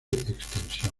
extensión